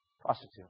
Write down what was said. prostitute